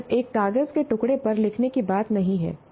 यह सिर्फ एक कागज के टुकड़े पर लिखने की बात नहीं है